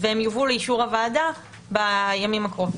והן יובאו לאישור הוועדה בימים הקרובים.